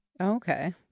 Okay